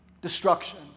destruction